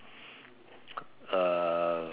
uh